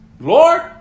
Lord